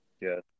Yes